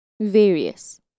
various